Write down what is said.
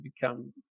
become